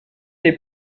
les